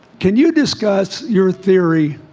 can you discuss your theory